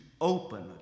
open